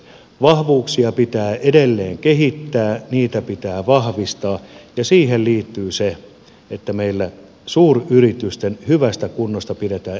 vahvuuksia pitää edelleen kehittää niitä pitää vahvistaa ja siihen liittyy se että meillä suuryritysten hyvästä kunnosta pidetään edelleen huolta